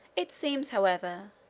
it seems, however,